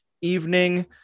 evening